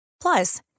plus